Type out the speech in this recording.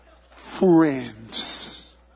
friends